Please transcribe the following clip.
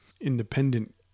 independent